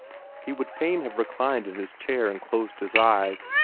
he would fain have reclined in his chair and closed his eyes,